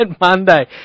Monday